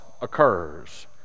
occurs